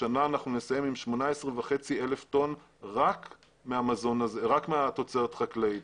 השנה אנחנו נסיים עם 18,500 טון רק מהתוצרת החקלאית.